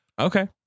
Okay